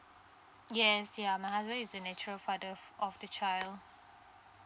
yes ya my husband is the natural father of the child